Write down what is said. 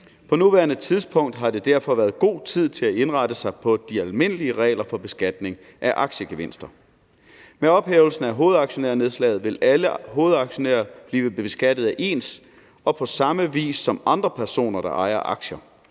På nuværende tidspunkt har der derfor været god tid til at indrette sig på de almindelige regler for beskatning af aktiegevinster. Med ophævelsen af hovedaktionærnedslaget vil alle hovedaktionærer blive beskattet ens og på samme vis som andre personer, der ejer aktier.